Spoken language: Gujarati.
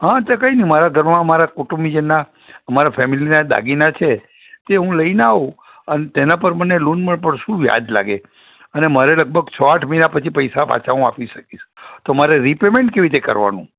હ તે કંઈ નહીં મારા ઘરમાં મારા કુટુંબીજનના અમારા ફેમિલીના દાગીના છે તે હું લઈને આવું અન તેના પર મને લોન મળે પણ શું વ્યાજ લાગે અને મારે લગભગ છ આઠ મહિના પછી પૈસા પાછા હું આપી શકીશ તો મારે રિપેમેન્ટ કેવી રીતે કરવાનું